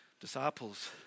Disciples